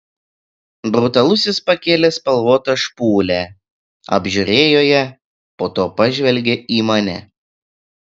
brutalusis pakėlė spalvotą špūlę apžiūrėjo ją po to pažvelgė į mane